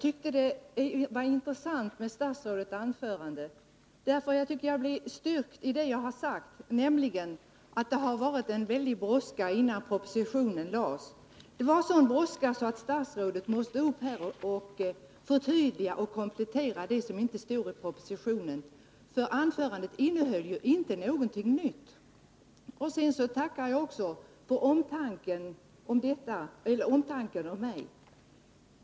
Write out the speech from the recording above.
Herr talman! Statsrådets anförande styrkte mig i min uppfattning att propositionen har kommit till i en väldig brådska. Brådskan var så stor att statsrådet måste gå upp här i talarstolen och förtydliga och komplettera propositionen. Anförandet innehöll ju inte någonting nytt. Sedan tackar jag för omtanken om mig.